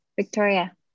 Victoria